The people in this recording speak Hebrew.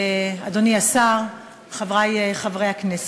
אדוני השר, חברי חברי הכנסת,